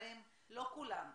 לא כולם,